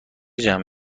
جمع